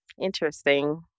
interesting